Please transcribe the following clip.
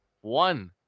one